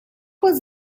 was